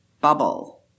bubble